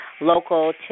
local